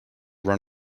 run